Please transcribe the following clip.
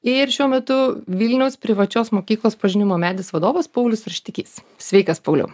ir šiuo metu vilniaus privačios mokyklos pažinimo medis vadovas paulius arštikys sveikas pauliau